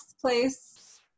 place